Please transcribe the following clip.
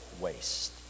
waste